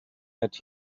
that